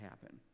happen